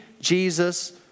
Jesus